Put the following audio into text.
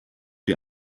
die